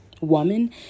woman